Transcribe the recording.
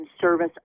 service